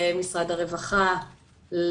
למשרד הרווחה,